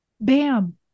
Bam